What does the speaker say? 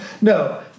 No